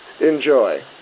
Enjoy